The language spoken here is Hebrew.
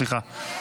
סליחה.